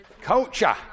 Culture